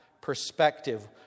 perspective